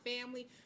family